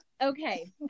Okay